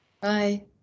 Bye